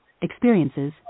experiences